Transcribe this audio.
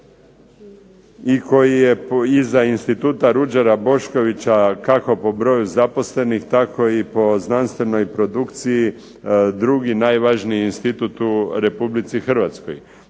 i koji je iza instituta Ruđera Boškovića, kako po broju zaposlenih tako i po znanstvenoj produkciji drugi najvažniji institut u Republici Hrvatskoj.